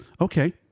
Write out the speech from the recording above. Okay